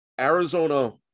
Arizona